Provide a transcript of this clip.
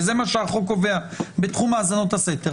וזה מה שהחוק קובע בתחום האזנות הסתר,